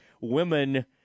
women